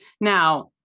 Now